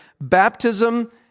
baptism